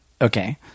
Okay